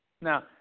Now